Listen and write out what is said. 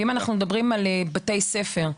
אם אנחנו מדברים על בתי ספר,